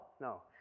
no